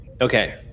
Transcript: Okay